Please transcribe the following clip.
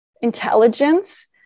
intelligence